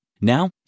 Now